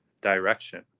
direction